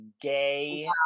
gay